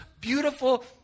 beautiful